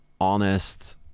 honest